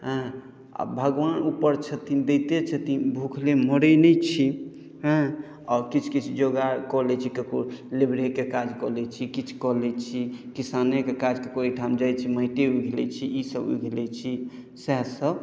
हँ आ भगवान ऊपर छथिन दैते छथिन भूखले मरैत नहि छी हँ आओर किछु किछु जोगार कऽ लैत छी कतहु लेबरेके काज कऽ लैत छी किछु कऽ लैत छी किसानेके काज कोइ ठाम जाइत छी माटिए उघि लैत छी ई सभ उघि लैत छी सएह सभ